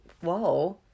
whoa